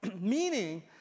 Meaning